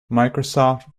microsoft